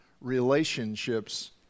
relationships